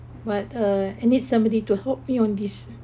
but uh I need somebody to help me on this